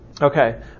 Okay